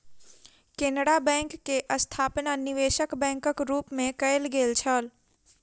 Canara bank के स्थापना निवेशक बैंकक रूप मे कयल गेल छल